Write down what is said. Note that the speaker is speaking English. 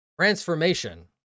Transformation